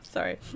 Sorry